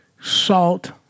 salt